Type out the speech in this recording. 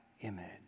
image